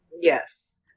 Yes